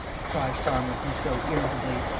cried farmer goussot, irritably.